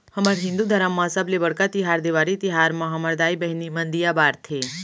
हमर हिंदू धरम म सबले बड़का तिहार देवारी तिहार म हमर दाई बहिनी मन दीया बारथे